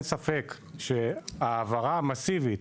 אין ספק שהעברה מסיבית